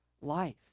life